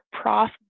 prof